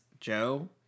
Joe